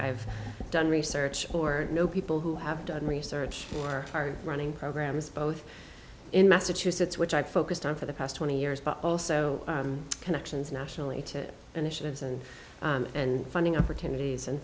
i've done research or know people who have done research or are running programs both in massachusetts which i focused on for the past twenty years but also connections nationally to initiatives and and funding opportunities and